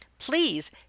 Please